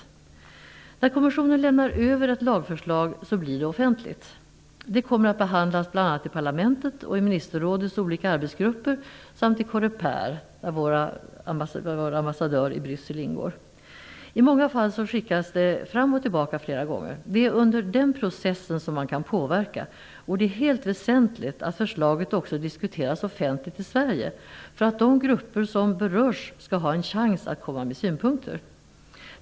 När kommissionen lämnar över ett lagförslag blir det offentligt. Det kommer att behandlas bl.a. i parlamentet och i ministerrådets olika arbetsgrupper samt i COREPER, där vår ambassadör i Bryssel ingår. I många fall skickas förslaget fram och tillbaka flera gånger. Det är under denna process som man kan påverka, och det är helt väsentligt att förslaget också diskuteras offentligt i Sverige för att de grupper som berörs skall ha en chans att komma med synpunkter.